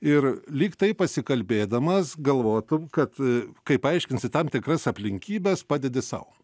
ir lygtai pasikalbėdamas galvotum kad kai paaiškinsi tam tikras aplinkybes padedi sau